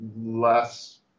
less